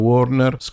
Warner